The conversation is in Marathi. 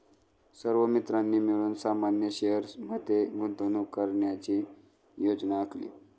सर्व मित्रांनी मिळून सामान्य शेअर्स मध्ये गुंतवणूक करण्याची योजना आखली